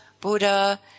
Buddha